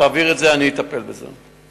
תעביר את זה, אני אטפל בזה.